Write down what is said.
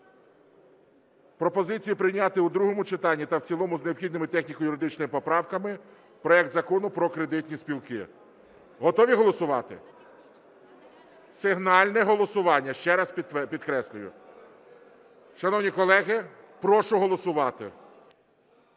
пропозицію прийняти в другому читанні та в цілому з необхідними техніко-юридичними поправками проект Закону про кредитні спілки. Готові голосувати? Сигнальне голосування, ще раз підкреслюю. Шановні колеги, прошу голосувати.